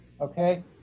Okay